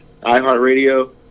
iHeartRadio